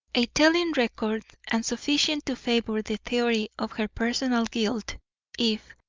a telling record and sufficient to favour the theory of her personal guilt if,